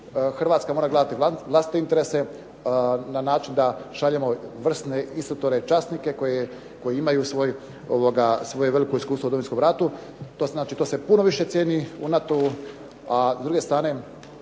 Hrvatska mora gledati vlastite interese na način da šaljemo vrsne instruktore i časnike koji imaju svoje veliko iskustvo u Domovinskom ratu. To znači, to se puno više cijeni u NATO-u, a s druge strane